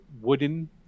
wooden